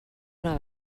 una